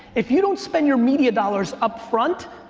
if you don't spend your media dollars upfront,